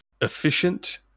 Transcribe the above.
efficient